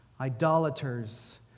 idolaters